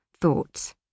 thoughts